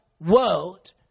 world